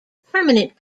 permanent